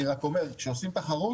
אני רק אומר שעושים תחרות,